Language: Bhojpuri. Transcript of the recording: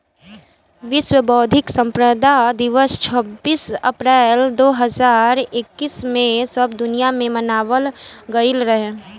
विश्व बौद्धिक संपदा दिवस छब्बीस अप्रैल दो हज़ार इक्कीस में सब दुनिया में मनावल गईल रहे